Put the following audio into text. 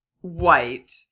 white